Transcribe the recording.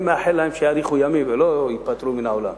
אני מאחל להם שיאריכו ימים ולא ייפטרו מן העולם,